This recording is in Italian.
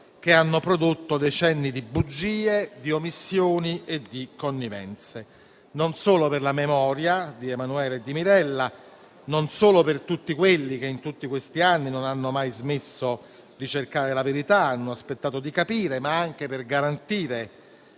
che hanno prodotto decenni di bugie, di omissioni e di connivenze, non solo per la memoria di Emanuela e di Mirella o per tutti coloro che, in tutti questi anni, non hanno mai smesso di cercare la verità e hanno aspettato di capire, ma anche per garantire